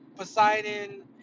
Poseidon